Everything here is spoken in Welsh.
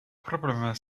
broblemau